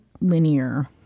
linear